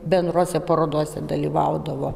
bendrose parodose dalyvaudavo